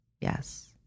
Yes